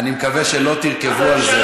אני מקווה שלא תרכבו על זה.